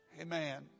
Amen